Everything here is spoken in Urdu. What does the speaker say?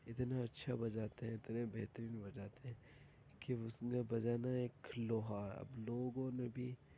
اتنے اچھا بجاتے ہیں اتنے بہترین بجاتے ہیں کہ اس میں بجانا ایک لوہا لوگوں نے بھی